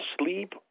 sleep